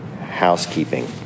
housekeeping